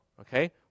okay